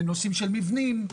לנושאים של מבנים,